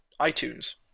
iTunes